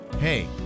Hey